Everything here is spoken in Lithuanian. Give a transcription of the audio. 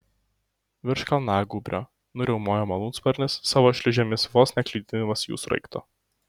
virš kalnagūbrio nuriaumojo malūnsparnis savo šliūžėmis vos nekliudydamas jų sraigto